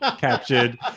captured